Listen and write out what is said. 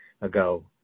ago